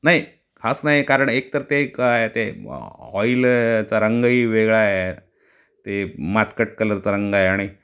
नाही खास नाही कारण एक तर ते काय ते ऑऑ ऑइलचा रंगही वेगळा आहे ते मातकट कलरचा रंग आहे आणि